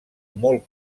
molt